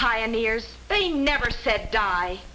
pioneers they never said die